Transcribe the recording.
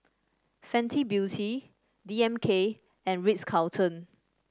Fenty Beauty D M K and Ritz Carlton